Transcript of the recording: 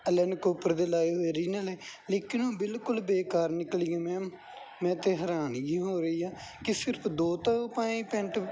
Alene Cooper ਦੇ ਲਗਾਏ ਹੋਏ ਅਰਿਜਨਲ ਨੇ ਲੇਕਿਨ ਬਿਲਕੁਲ ਬੇਕਾਰ ਨਿਕਲੀ ਆ ਮੈਮ ਮੈਂ ਤਾਂ ਹੈਰਾਨਗੀ ਹੋ ਰਹੀ ਆ ਕਿ ਸਿਰਫ਼ ਦੋ ਧੋ ਪਾਏ ਪੈਂਟ